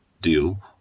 deal